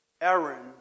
Aaron